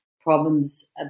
problems